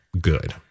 good